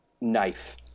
knife